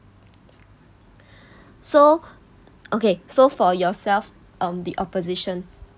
so okay so for yourself um the opposition